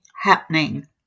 happening